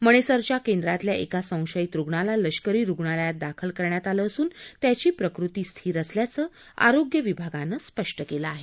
मणेसरच्या केंद्रातल्या एका संशयित रुग्णाला लष्करी रुग्णालयात दाखल करण्यात आलं असून त्याची प्रकृती स्थिर असल्याचं आरोग्य विभागानं स्पष्ट केलं आहे